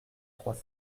trois